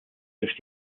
durch